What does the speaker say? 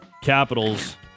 Capitals